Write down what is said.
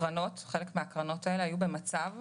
חלק מן הקרנות הללו היו במצב,